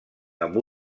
amb